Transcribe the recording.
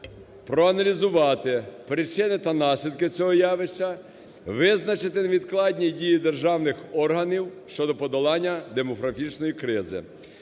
проаналізувати причини та наслідки цього явища, визначити невідкладні дії державних органів щодо подолання демографічної кризи.